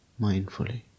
mindfully